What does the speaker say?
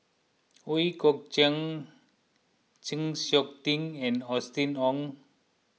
Ooi Kok Chuen Chng Seok Tin and Austen Ong